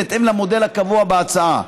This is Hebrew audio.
בהתאם למודל הקבוע בהצעה,